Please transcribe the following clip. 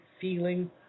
feeling